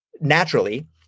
naturally